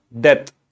Death